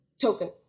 token